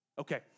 Okay